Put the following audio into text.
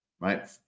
right